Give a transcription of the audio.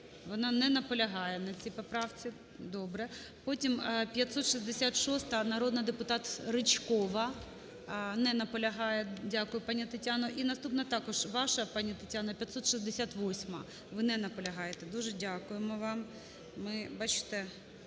Вона не наполягає на цій поправці, добре. Потім - 566-а, народний депутатРичкова. Не наполягає. Дякую, пані Тетяно. І наступна також ваша, пані Тетяна, 568-а. Ви не наполягаєте. Дуже дякуємо вам. Ми, бачите,